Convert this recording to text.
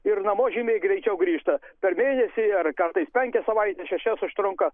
ir namo žymiai greičiau grįžta per mėnesį ar kartais penkias savaites šešias užtrunka